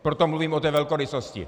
Proto mluvím o té velkorysosti.